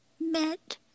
met